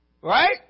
Right